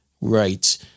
right